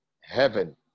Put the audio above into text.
heaven